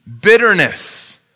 bitterness